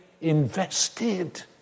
invested